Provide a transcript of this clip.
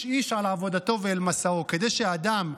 איש על עבודתו ואל מסעו" כדי שהאדם,